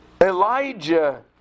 Elijah